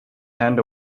hand